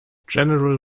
general